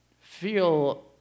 feel